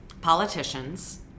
Politicians